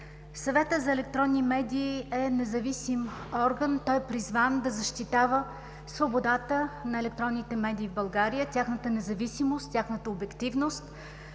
Съветът за електронни медии е независим орган. Той е призван да защитава свободата на електронните медии в България, тяхната независимост, тяхната обективност,